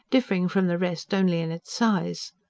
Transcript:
differing from the rest only in its size.